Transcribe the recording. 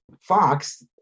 Fox